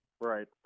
Right